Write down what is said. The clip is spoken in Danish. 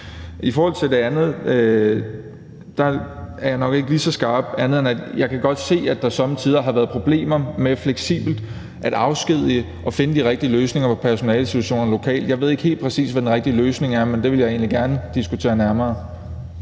I forhold til det andet vil jeg sige, at jeg nok ikke er lige så skarp, andet end jeg godt kan se, at der somme tider har været problemer med fleksibelt at afskedige og finde de rigtige løsninger på personalesituationen lokalt. Jeg ved ikke helt præcis, hvad den rigtige løsning er, men det vil jeg egentlig gerne diskutere nærmere.